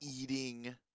eating